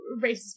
racist